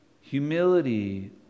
Humility